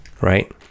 right